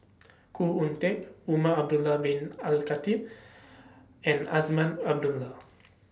Khoo Oon Teik Umar Al Khatib and Azman Abdullah